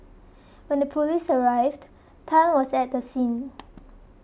when the police arrived Tan was at the scene